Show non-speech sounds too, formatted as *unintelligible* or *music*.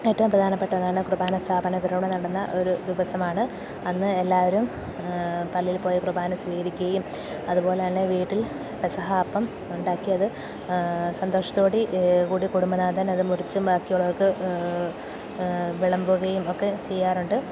ഏറ്റവും പ്രധാനപ്പെട്ട ഒന്നാണ് കുർബാന സ്ഥാപന *unintelligible* നടന്ന ഒരു ദിവസമാണ് അന്ന് എല്ലാവരും പള്ളിയിൽ പോയി കുര്ബാന സ്വീകരിക്കുകയും അതുപോലെതന്നെ വീട്ടിൽ പെസഹാപ്പം ഉണ്ടാക്കിയതു സന്തോഷത്തോടി കൂടി കുടുംബനാഥാൻ അതു മുറിച്ചും ബാക്കിയുള്ളവക്കു വിളമ്പുകയും ഒക്കെ ചെയ്യാറുണ്ട്